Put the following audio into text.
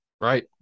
Right